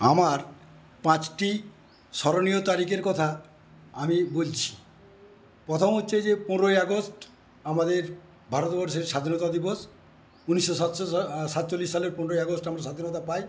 আমার পাঁচটি স্মরণীয় তারিখের কথা আমি বলছি প্রথম হচ্ছে যে পনেরোই আগস্ট আমাদের ভারতবর্ষের স্বাধীনতা দিবস উনিশশো সাতচল্লিশ সালের পনেরোই আগস্ট আমরা স্বাধীনতা পাই